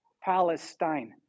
Palestine